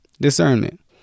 discernment